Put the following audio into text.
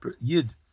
yid